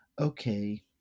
okay